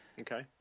Okay